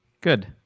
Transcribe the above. Good